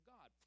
God